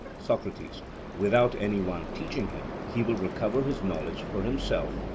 socrates without any one teaching him he will recover his knowledge for himself,